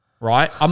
Right